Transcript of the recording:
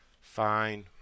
Fine